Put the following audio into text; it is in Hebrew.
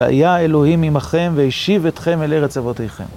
היה אלוהים עמכם והשיב אתכם אל ארץ אבותיכם.